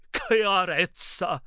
chiarezza